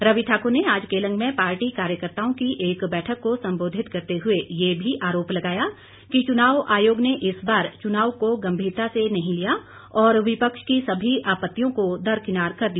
रवि ठाकुर ने आज केलंग में पार्टी कार्यकर्ताओं की एक बैठक को संबोधित करते हुए ये भी आरोप लगाया कि चुनाव आयोग ने इस बार चुनाव को गंभीरता से नहीं लिया और विपक्ष की सभी आपत्तियों को दरकिनार कर दिया